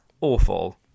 Awful